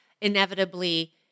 inevitably